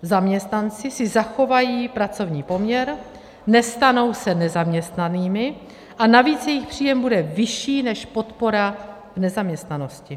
Zaměstnanci si zachovají pracovní poměr, nestanou se nezaměstnanými a navíc jejich příjem bude vyšší než podpora v nezaměstnanosti.